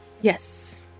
Yes